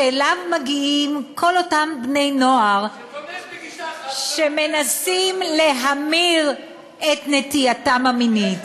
שאליו מגיעים כל אותם בני-נוער, שתומך בגישה אחת,